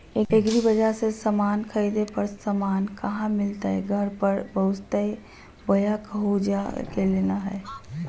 एग्रीबाजार से समान खरीदे पर समान कहा मिलतैय घर पर पहुँचतई बोया कहु जा के लेना है?